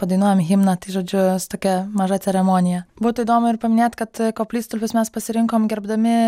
padainuojam himną tai žodžiu su tokia maža ceremonija būtų įdomu ir paminėt kad koplytstulpius mes pasirinkom gerbdami